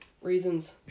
reasons